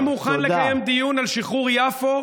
אני מוכן לקיים דיון על שחרור יפו.